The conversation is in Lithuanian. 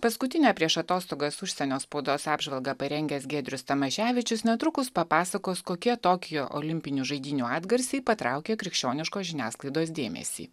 paskutinę prieš atostogas užsienio spaudos apžvalgą parengęs giedrius tamaševičius netrukus papasakos kokie tokijo olimpinių žaidynių atgarsiai patraukė krikščioniškos žiniasklaidos dėmesį